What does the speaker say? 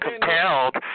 compelled